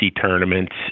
tournaments